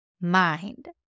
mind